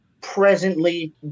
presently